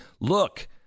Look